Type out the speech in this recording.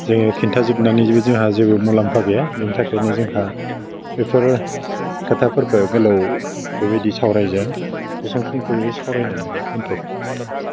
जोङो खिन्थाजोबनानै जेबो जोंहा जेबो मुलाम्फा गैया बिनि थाखायनो जोंहा बेफोर खोथाफोरखौ गोलाव बेबायदि सावरायजों बेसेबां खिनिखौ सावरायनानै दोनथ'बाय